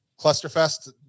Clusterfest